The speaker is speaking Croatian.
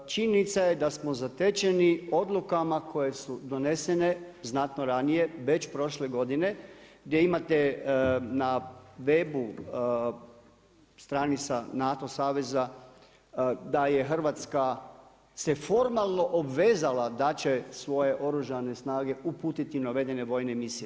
Činjenica je da smo zatečeni odlukama koje su donesene znatno ranije već prošle godine gdje imate na webu stranica NATO saveza da je Hrvatska se formalno obvezala da će svoje oružane snage uputiti navedene vojne misije.